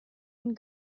and